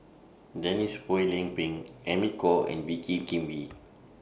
Denise Phua Lay Peng Amy Khor and Wee Kim Wee